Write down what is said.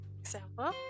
example